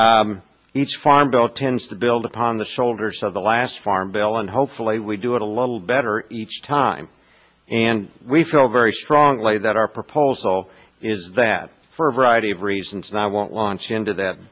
passed each farm bill tends to build upon the shoulders of the last farm bill and hopefully we do it a little better each time and we feel very strongly that our proposal is that for a variety of reasons and i won't launch into that